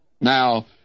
Now